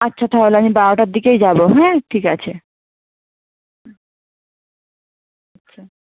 আচ্ছা তাহলে আমি বারোটার দিকেই যাবো হ্যাঁ ঠিক আছে হুম